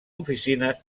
oficines